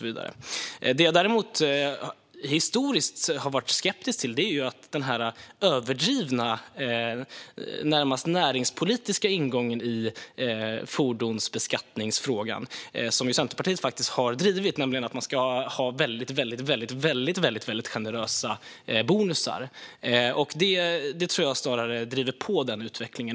Vad jag däremot historiskt har varit skeptisk till är den överdrivna, närmast näringspolitiska, ingång i fordonsbeskattningsfrågan som Centerpartiet har drivit, nämligen att bonusarna ska vara väldigt generösa. Det tror jag snarare driver på denna utveckling.